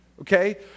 Okay